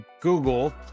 Google